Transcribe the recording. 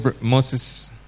Moses